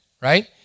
right